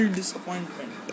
disappointment